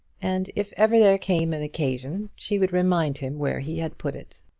and if ever there came an occasion she would remind him where he had put it.